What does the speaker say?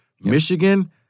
Michigan